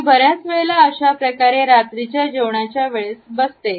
मी बऱ्याच वेळेला अशाप्रकारे रात्रीच्या जेवणाच्या वेळेस बसते